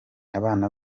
abana